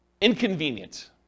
inconvenient